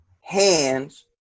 hands